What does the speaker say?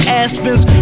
aspens